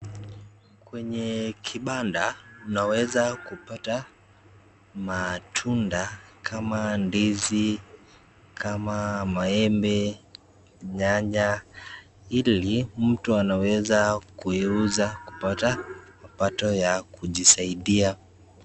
Kwenye kibanda unaweza kupata matunda kama ndizi, kama maembe, nyanya ili mtu anaweza kuiuza kupata mapato ya kujisaidia.